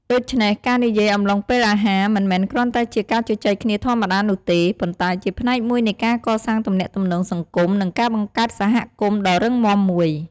ដូច្នេះ ការនិយាយអំឡុងពេលអាហារ មិនមែនគ្រាន់តែជាការជជែកគ្នាធម្មតានោះទេ ប៉ុន្តែជាផ្នែកមួយនៃការកសាងទំនាក់ទំនងសង្គម និងការបង្កើតសហគមន៍ដ៏រឹងមាំមួយ។